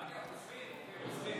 אגב, עוזבים, אופיר.